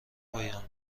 پایان